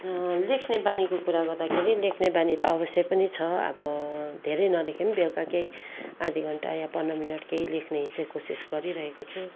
लेख्ने बानीको कुरा गर्दाखेरि लेख्ने त अवश्यै पनि छ अब धेरै नलेखे पनि बेलुका केही आधी घन्टा या पन्ध्र मिनट केही लेख्ने चाहिँ कोसिस गरिरहेको छु